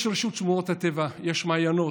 יש רשות שמורות הטבע, יש מעיינות,